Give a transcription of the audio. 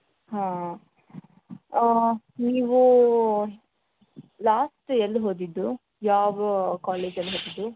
ಹಾಂ ನೀವು ಲಾಸ್ಟ್ ಎಲ್ಲಿ ಓದಿದ್ದು ಯಾವ ಕಾಲೇಜಲ್ಲಿ ಓದಿದ್ದು